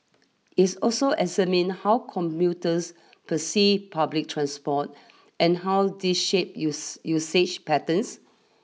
is also examined how commuters perceive public transport and how this shape use usage patterns